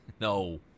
No